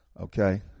Okay